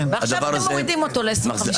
ועכשיו אתם מורידים ל-25%.